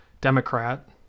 Democrat